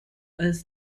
als